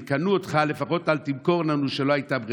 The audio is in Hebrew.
אם קנו אותך, לפחות אל תמכור לנו שלא הייתה ברירה.